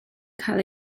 cael